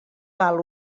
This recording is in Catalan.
val